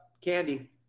candy